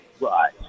right